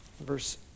verse